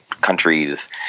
countries